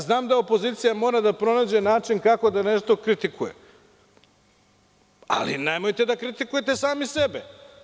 Znam da opozicija mora da pronađe način kako da nešto kritikuje, ali nemojte da kritikujete sami sebe.